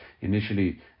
initially